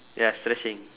yes stretching